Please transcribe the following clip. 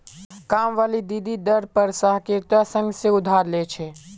कामवाली दीदी दर पर सहकारिता संघ से उधार ले छे